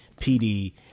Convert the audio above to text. PD